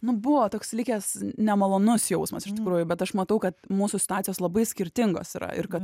nu buvo toks likęs nemalonus jausmas iš tikrųjų bet aš matau kad mūsų situacijos labai skirtingos yra ir kad